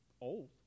old